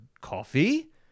coffee